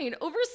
over